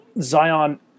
Zion